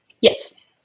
Yes